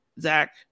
Zach